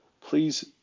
Please